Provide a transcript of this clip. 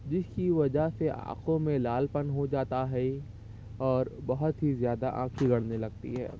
جس کی وجہ سے آنکھوں میں لال پن ہو جاتا ہے اور بہت ہی زیادہ آنکھیں گڑنے لگتی ہے